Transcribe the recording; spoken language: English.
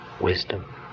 wisdom